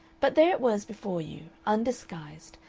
but there it was before you, undisguised,